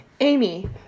Amy